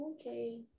Okay